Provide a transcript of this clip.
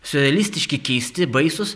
siurrealistiški keisti baisūs